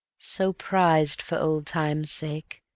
so prized for old times' sake,